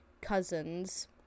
cousins